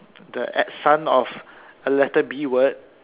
the uh son of a letter B word